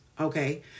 okay